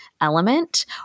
element